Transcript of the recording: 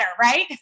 right